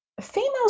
females